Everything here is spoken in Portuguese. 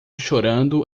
chorando